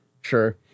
Sure